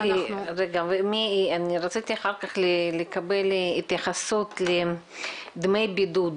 אני רציתי אחר כך לקבל התייחסות לדמי בידוד